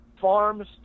farms